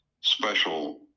special